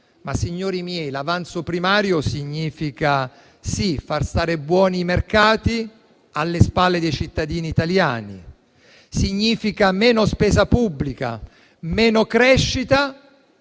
Signori miei, l'avanzo primario significa, sì, far stare buoni i mercati alle spalle dei cittadini italiani, ma anche meno spesa pubblica, meno crescita